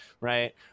right